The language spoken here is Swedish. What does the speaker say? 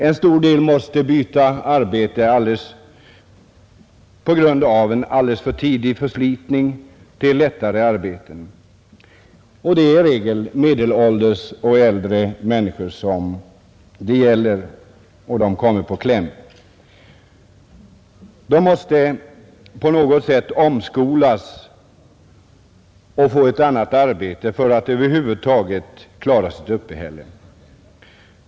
En stor del måste också byta till lättare arbeten på grund av en alltför tidig förslitning. Det är i regel medelålders och äldre arbetare som där kommer i kläm. De tvingas till omskolning i någon form för att över huvud taget klara sitt uppehälle.